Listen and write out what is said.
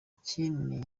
iki